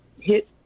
hit